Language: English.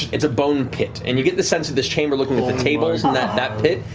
it's a bone pit, and you get the sense of this chamber looking at the tables, and that that pit,